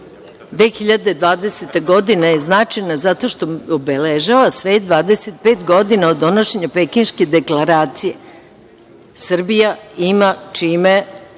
2020. je značajna zato što svet obeležava 25 godina od donošenja Pekinške deklaracije. Srbija ima čime